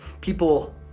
people